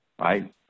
right